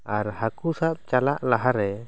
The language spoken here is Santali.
ᱟᱨ ᱦᱟᱹᱠᱩ ᱥᱟᱵ ᱪᱟᱞᱟᱜ ᱞᱟᱦᱟ ᱨᱮ